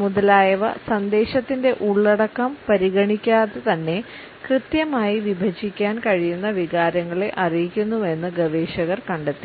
മുതലായവ സന്ദേശത്തിന്റെ ഉള്ളടക്കം പരിഗണിക്കാതെ തന്നെ കൃത്യമായി വിഭജിക്കാൻ കഴിയുന്ന വികാരങ്ങളെ അറിയിക്കുന്നുവെന്ന് ഗവേഷകർ കണ്ടെത്തി